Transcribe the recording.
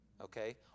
Okay